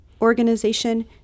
organization